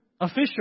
official